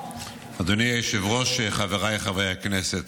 אדוני היושב-ראש, חבריי חברי הכנסת,